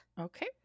Okay